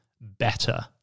better